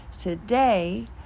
today